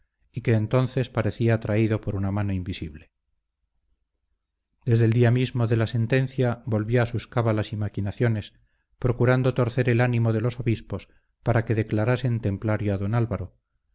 y que entonces parecía traído por una mano invisible desde el día mismo de la sentencia volvió a sus cábalas y maquinaciones procurando torcer el ánimo de los obispos para que declarasen templario a don álvaro